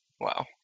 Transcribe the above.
Wow